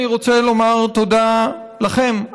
אני רוצה לומר תודה לכם,